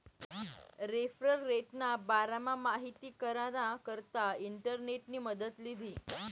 referral रेटना बारामा माहिती कराना करता इंटरनेटनी मदत लीधी